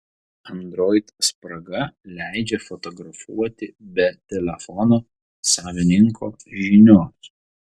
android spraga leidžia fotografuoti be telefono savininko žinios